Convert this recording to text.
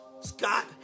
Scott